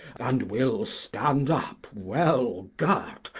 and will stand up, well girt,